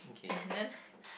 and then